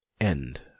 End